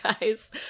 guys